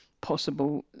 possible